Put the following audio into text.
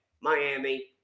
Miami